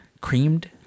creamed